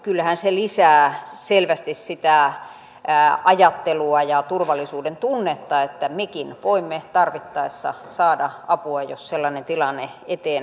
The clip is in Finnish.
kyllähän se lisää selvästi sitä ajattelua ja turvallisuudentunnetta että mekin voimme tarvittaessa saada apua jos sellainen tilanne eteen tulee